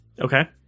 Okay